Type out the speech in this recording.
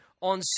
on